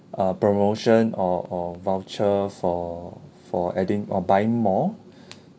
a promotion or or voucher for for adding or buying more